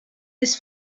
this